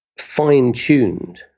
fine-tuned